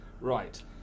Right